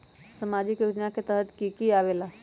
समाजिक योजना के तहद कि की आवे ला?